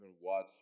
watch